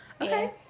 Okay